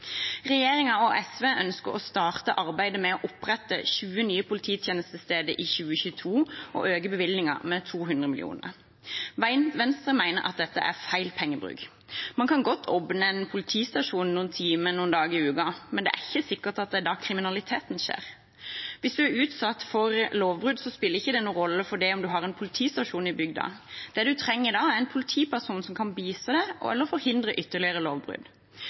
og SV ønsker å starte arbeidet med å opprette 20 nye polititjenestesteder i 2022 og øke bevilgningen med 200 mill. kr. Venstre mener at dette er feil pengebruk. Man kan godt åpne en politistasjon noen timer noen dager i uken, men det er ikke sikkert det er da kriminaliteten skjer. Hvis man er utsatt for et lovbrudd, spiller det ikke noen rolle at man har en politistasjon i bygda. Det man trenger da, er en politiperson som kan bistå en eller forhindre ytterligere lovbrudd.